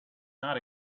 not